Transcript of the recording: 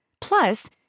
Plus